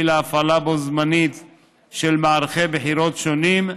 להפעלה בו בזמן של מערכי בחירות שונים,